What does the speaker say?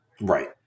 Right